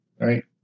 Right